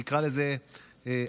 נקרא לזה,